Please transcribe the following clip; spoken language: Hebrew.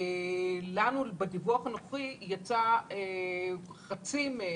לנו, בדיווח הנוכחי יצא חצי מ-28%.